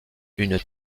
une